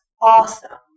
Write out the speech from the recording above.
awesome